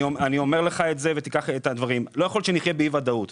לא יכול להיות שנחיה באי ודאות.